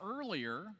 earlier